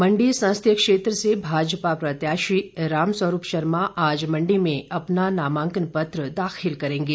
मंडी संसदीय क्षेत्र से भाजपा प्रत्याशी राम स्वरूप शर्मा आज मंडी में अपना नामांकन पत्र दाखिल करेंगे